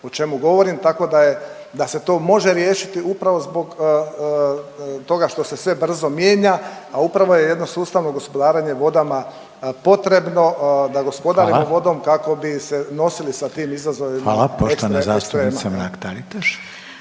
o čemu govorim, tako da se to može riješiti upravo zbog toga što se sve brzo mijenja. A upravo je jedno sustavno gospodarenje vodama potrebno da …/Upadica Reiner: Hvala./… gospodare vodom kako bi se nosili sa tim izazovima ekstrema.